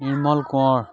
Nirmal Konwar